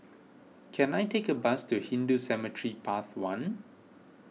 can I take a bus to Hindu Cemetery Path one